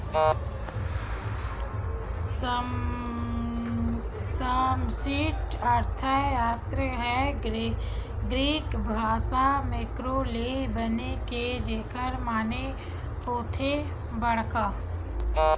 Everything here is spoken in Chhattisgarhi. समस्टि अर्थसास्त्र ह ग्रीक भासा मेंक्रो ले बने हे जेखर माने होथे बड़का